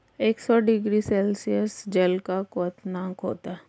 एक सौ degree Celsius जल का क्वथनांक होता है